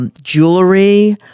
jewelry